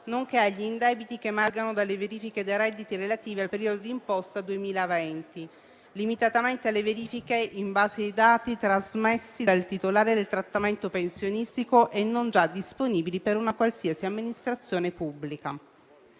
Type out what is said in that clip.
nonché agli indebiti che emergano dalle verifiche dei redditi relativi al periodo di imposta 2020, limitatamente alle verifiche in base ai dati trasmessi dal titolare del trattamento pensionistico e non già disponibili per una qualsiasi amministrazione pubblica.